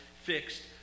fixed